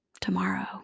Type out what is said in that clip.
Tomorrow